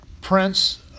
Prince